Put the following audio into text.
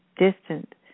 distant